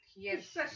Yes